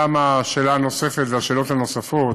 השאלה הנוספת והשאלות הנוספות,